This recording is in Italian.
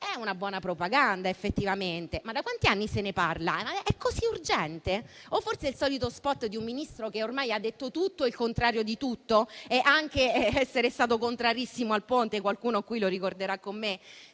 è una buona propaganda effettivamente; ma da quanti anni se ne parla? È così urgente o forse è il solito *spot* di un Ministro che ormai ha detto tutto e il contrario di tutto, essendo anche stato contrarissimo al ponte, come qualcuno ricorderà come me.